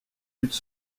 luttes